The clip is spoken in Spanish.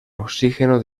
oxígeno